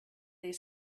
their